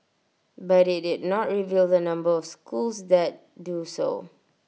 but IT did not reveal the number of schools that do so